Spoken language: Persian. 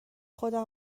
خودمو